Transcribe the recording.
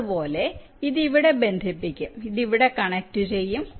അതുപോലെ ഇത് ഇവിടെ ബന്ധിപ്പിക്കും ഇത് ഇവിടെ കണക്ട് ചെയ്യും